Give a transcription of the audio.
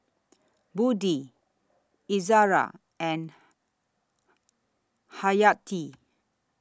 Budi Izara and Hayati